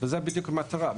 וזו בדיוק המטרה.